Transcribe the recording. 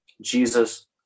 Jesus